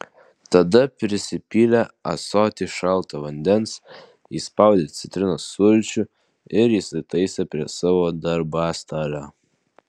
tada prisipylė ąsotį šalto vandens įspaudė citrinos sulčių ir įsitaisė prie savo darbastalio